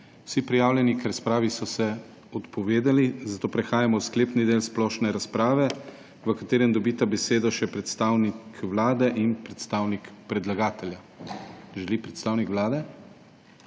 Vsi, prijavljeni k razpravi, so se odpovedali razpravi, zato prehajamo v sklepni del splošne razprave, v katerem dobita besedo še predstavnik Vlade in predstavnik predlagatelja, če želita.